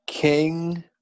King